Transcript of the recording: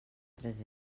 tres